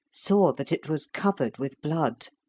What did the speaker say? saw that it was covered with blood.